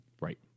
Right